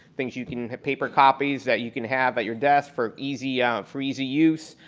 things you can have paper copies that you can have at your desk for easy ah for easy use.